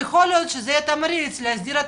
יכול להיות שזה יהיה תמריץ להסדיר את